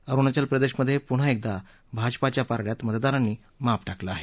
अरुणाचल प्रदेशमधे पुन्हा एकदा भाजपाच्या पारडयात मतदारांनी माप टाकलं आहे